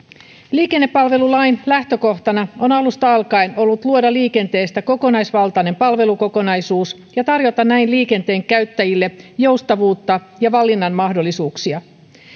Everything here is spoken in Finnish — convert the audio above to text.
liikennepalvelulain lähtökohtana on alusta alkaen ollut luoda liikenteestä kokonaisvaltainen palvelukokonaisuus ja tarjota näin liikenteen käyttäjille joustavuutta ja valinnan mahdollisuuksia